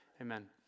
amen